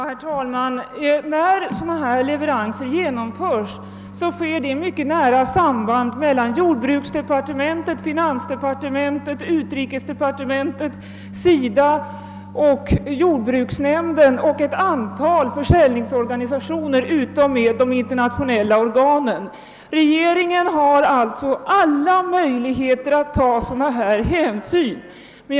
Herr talman! När sådana leveranser som det här är fråga om genomförs sker detta i mycket nära samarbete mellan jordbruksdepartementet, finansdepartementet, utrikesdepartementet, SIDA och jordbruksnämnden och dessutom ett antal försäljningsorganisationer förutom de internationella organen. Regeringen har alltså alla möjligheter att ta sådana hänsyn.